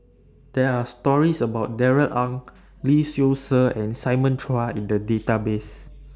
There Are stories about Darrell Ang Lee Seow Ser and Simon Chua in The Database